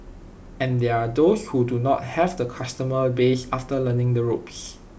and there are those who do not have the customer base after learning the ropes